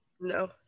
No